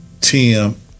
Tim